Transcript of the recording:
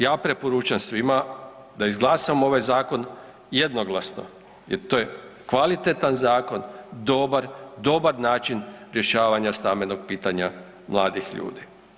Ja preporučam svima da izglasamo ovaj zakon jednoglasno jer to je kvalitetan zakon, dobar, dobar način rješavanja stambenog pitanja mladih ljudi.